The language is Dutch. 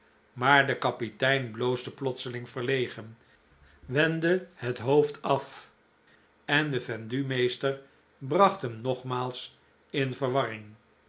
maar de kapitein bloosde plotseling verlegen wendde het hoofd af en de vendumeester bracht hem nogmaals in verwarring